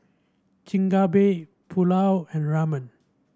Chigenabe Pulao and Ramen